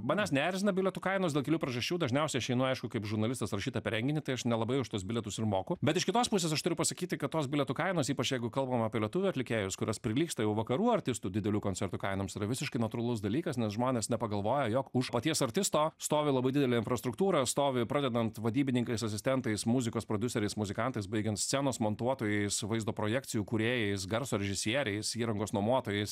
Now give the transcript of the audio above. manęs neerzina bilietų kainos dėl kelių priežasčių dažniausiai aš einu aišku kaip žurnalistas rašyt apie renginį tai aš nelabai už tuos bilietus ir moku bet iš kitos pusės aš turiu pasakyti kad tos bilietų kainos ypač jeigu kalbam apie lietuvių atlikėjus kurios prilygsta jau vakarų artistų didelių koncertų kainoms tai yra visiškai natūralus dalykas nes žmonės nepagalvoja jog už paties artisto stovi labai didelė infrastruktūra stovi pradedant vadybininkais asistentais muzikos prodiuseriais muzikantais baigiant scenos montuotojais vaizdo projekcijų kūrėjais garso režisieriais įrangos nuomotojais